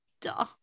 Duh